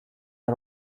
are